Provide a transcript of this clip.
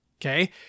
Okay